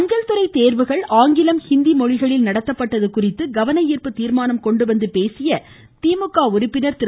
அஞ்சல் துறை தோ்வுகள் ஆங்கிலம் ஹிந்தி மொழிகளில் நடத்தப்பட்டது குறித்து கவன ஈா்ப்பு தீர்மானம் கொண்டு வந்து பேசிய திமுக உறுப்பினர் திரு